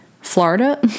Florida